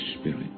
Spirit